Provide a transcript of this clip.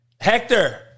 Hector